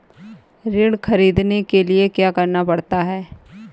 ऋण ख़रीदने के लिए क्या करना पड़ता है?